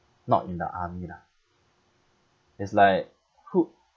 not in the army lah it's like who